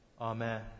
Amen